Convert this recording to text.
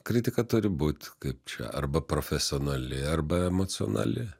kritika turi būt kaip čia arba profesionali arba emocionali